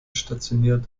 stationiert